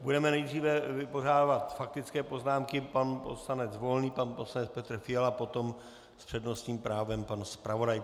Budeme nejdříve vypořádávat faktické poznámky: pan poslanec Volný, pan poslanec Petr Fiala, potom s přednostním právem pan zpravodaj.